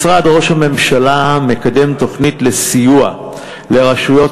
משרד ראש הממשלה מקדם תוכנית לסיוע לרשויות